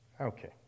Okay